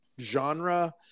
genre